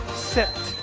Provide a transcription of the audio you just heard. sit.